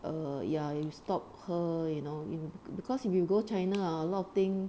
err ya you stopped her you know in because if you go china a lot of thing